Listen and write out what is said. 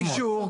קיבלת אישור.